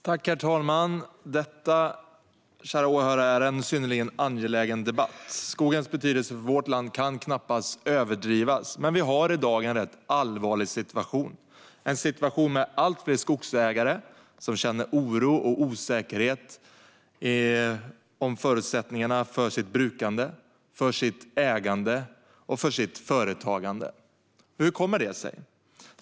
Herr talman! Detta, kära åhörare, är en synnerligen angelägen debatt. Skogens betydelse för vårt land kan knappast överdrivas, men vi har i dag en rätt allvarlig situation - en situation med allt fler skogsägare som känner oro och osäkerhet kring förutsättningarna för sitt brukande, för sitt ägande och för sitt företagande. Hur kommer det sig?